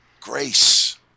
grace